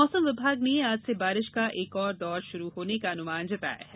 मौसम विभाग ने आज से बारिश का एक और दौर शुरू होने का अनुमान जताया है